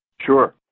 Sure